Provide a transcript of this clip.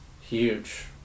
huge